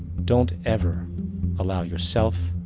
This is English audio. don't ever allow yourself,